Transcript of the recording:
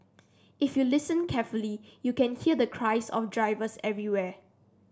if you listen carefully you can hear the cries of drivers everywhere